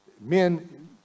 Men